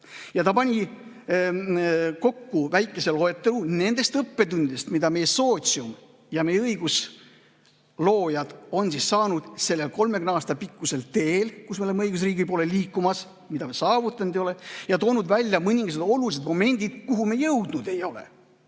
Ta pani kokku väikese loetelu nendest õppetundidest, mida meie sootsium ja meie õigusloojad on saanud selle 30 aasta pikkusel teel, kui me oleme liikunud õigusriigi poole, mida me saavutanud ei ole, ja tõi välja mõningad olulised momendid, kuhu me jõudnud ei ole